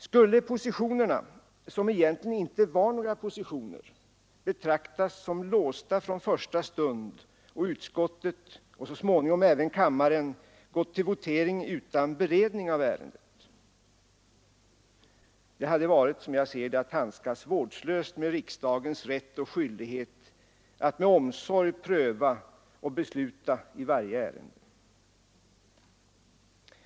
Skulle positionerna, som egentligen inte var några positioner, betraktas som låsta från första stund och utskottet och så småningom även kammaren gått till votering utan beredning av ärendet? Det hade, som jag ser det, varit att handskas vårdslöst med riksdagens rätt och skyldighet att med omsorg pröva och besluta i varje ärende.